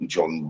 John